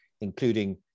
including